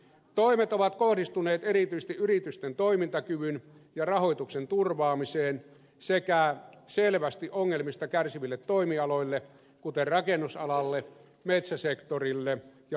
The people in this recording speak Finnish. toimet ovat kohdistuneet erityisesti yritysten toimintakyvyn ja rahoituksen turvaamiseen sekä selvästi ongelmista kärsiville toimialoille kuten rakennusalalle metsäsektorille ja laivanrakennusteollisuuteen